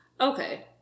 Okay